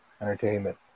Entertainment